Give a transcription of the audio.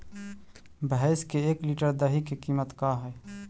भैंस के एक लीटर दही के कीमत का है?